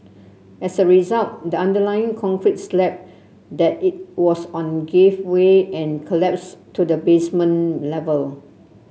as a result the underlying concrete slab that it was on gave way and collapsed to the basement level